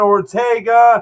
Ortega